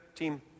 Team